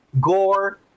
Gore